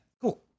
Cool